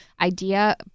idea